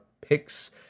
picks